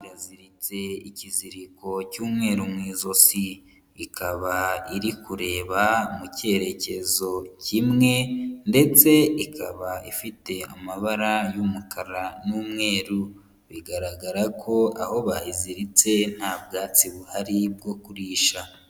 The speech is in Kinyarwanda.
Yaziritse ikiziriko cy'umweru mu izosi, ikaba iri kureba mu cyerekezo kimwe, ndetse ikaba ifite amabara y'umukara n'umweru, bigaragara ko aho bayiziritse nta bwatsi buhari bwo kurisha.